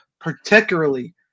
particularly